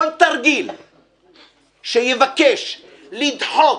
כל תרגיל שיבקש לדחות,